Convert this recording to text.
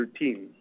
13